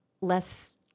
less